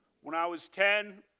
when i was ten,